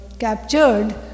Captured